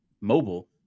mobile